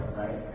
right